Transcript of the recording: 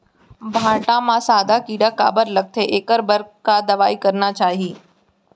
भांटा म सादा कीरा काबर लगथे एखर बर का दवई करना चाही?